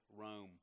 Rome